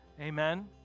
Amen